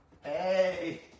Hey